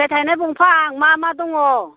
फिथाइ थायनाय दंफां मा मा दङ